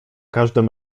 każdym